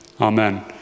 Amen